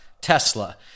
Tesla